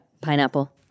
Pineapple